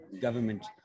government